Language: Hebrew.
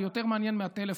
אני יותר מעניין מהטלפון,